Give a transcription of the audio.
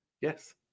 Yes